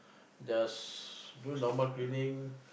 just do normal cleaning